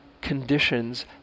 conditions